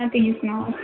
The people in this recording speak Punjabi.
ਹਾਂ ਤੁਸੀਂ ਸੁਣਾਓ